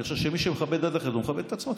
אני חושב שמי שמכבד דת אחרת הוא מכבד את עצמו,